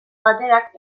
baterak